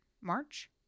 March